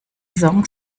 song